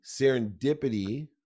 serendipity